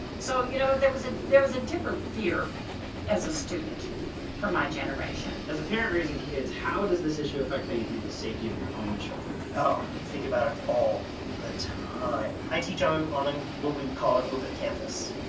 so, you know, there was ah there was a different fear as a student for my generation. as a parent raising kids, how does this issue affect how you view the safety of your own children? oh, you think about it all the time. i teach on and on ah what we would call an open campus.